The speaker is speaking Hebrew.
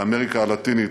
באמריקה הלטינית,